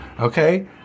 Okay